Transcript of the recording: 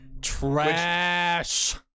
Trash